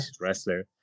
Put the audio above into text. wrestler